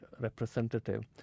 representative